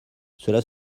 cela